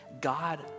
God